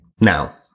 Now